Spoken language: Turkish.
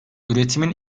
üretimin